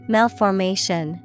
Malformation